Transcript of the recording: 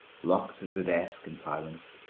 locked the desk in silence,